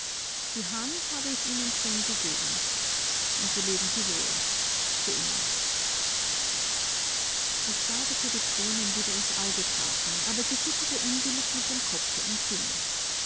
die hand habe ich ihnen schon gegeben und so leben sie wohl für immer ich sah daß ihr die tränen wieder ins auge traten aber sie schüttelte unwillig mit dem kopfe und ging